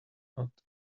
not